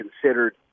considered